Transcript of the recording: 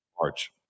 March